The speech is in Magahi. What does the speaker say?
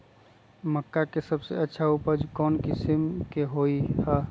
मक्का के सबसे अच्छा उपज कौन किस्म के होअ ह?